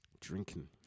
Drinking